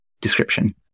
description